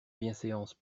bienséance